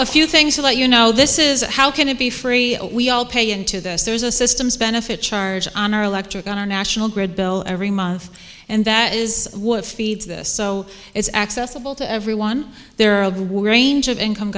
a few things about you know this is how can it be free we all pay into this there's a systems benefit charge on our electric on our national grid bill every month and that is what feeds this so it's accessible to everyone there